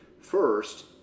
first